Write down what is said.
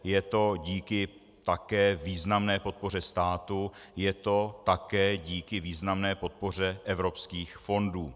Je to také díky významné podpoře státu, je to také díky významné podpoře evropských fondů.